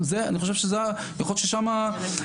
זה אני חושב שיכול להיות ששמה הפתרון.